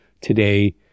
today